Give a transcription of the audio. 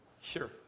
sure